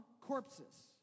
corpses